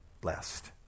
blessed